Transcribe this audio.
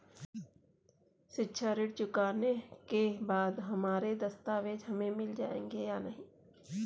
शिक्षा ऋण चुकाने के बाद हमारे दस्तावेज हमें मिल जाएंगे या नहीं?